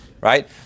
Right